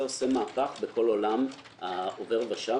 עושה מהפך בכל עולם חשבון עובר ושב